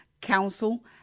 council